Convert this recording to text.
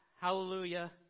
Hallelujah